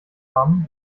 haben